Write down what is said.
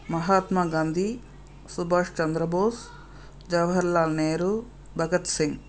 மஹாத்மா காந்தி சுபாஷ் சந்திர போஸ் ஜவஹர்லால் நேரு பகத் சிங்